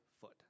foot